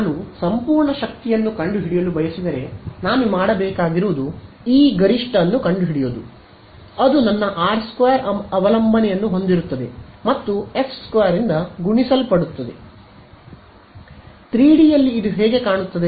ನಾನು ಸಂಪೂರ್ಣ ಶಕ್ತಿಯನ್ನು ಕಂಡುಹಿಡಿಯಲು ಬಯಸಿದರೆ ನಾನು ಮಾಡಬೇಕಾಗಿರುವುದು ಇ ಗರಿಷ್ಠ ಅನ್ನು ಕಂಡುಹಿಡಿಯುವುದು ಅದು ನನ್ನ r 2 ಅವಲಂಬನೆಯನ್ನು ಹೊಂದಿರುತ್ತದೆ ಮತ್ತುF ೨ ರಿಂದ ಗುಣಿಸಲ್ಪಡುತ್ತದೆ | 3 ಡಿ ಯಲ್ಲಿ ಇದು ಹೇಗೆ ಕಾಣುತ್ತದೆ